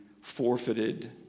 forfeited